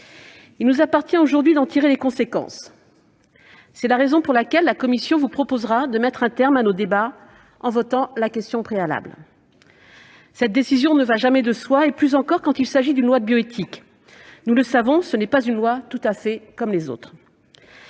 Il nous appartient aujourd'hui d'en tirer les conséquences. C'est la raison pour laquelle la commission spéciale vous proposera de mettre un terme à nos débats en votant une motion tendant à opposer la question préalable. Cette décision ne va jamais de soi, plus encore quand il s'agit d'une loi de bioéthique : nous le savons, ce n'est pas une loi tout à fait comme une autre.